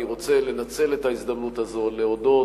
אני רוצה לנצל את ההזדמנות הזאת להודות